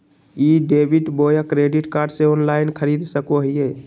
ई debit बोया credit card से online खरीद सको हिए?